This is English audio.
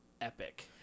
epic